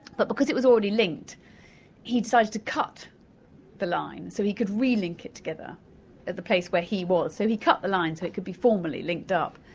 but because it was already linked he decided to cut the line so he could re-link it together at the place where he was. so he cut the line so it could be formerly linked up.